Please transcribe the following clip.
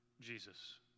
Jesus